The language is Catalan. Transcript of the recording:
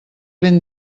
ben